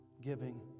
giving